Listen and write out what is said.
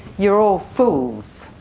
you're all fools.